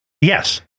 Yes